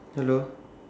hello